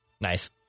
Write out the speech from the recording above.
Nice